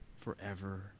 forever